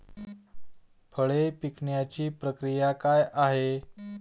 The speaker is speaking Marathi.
फळे पिकण्याची प्रक्रिया काय आहे?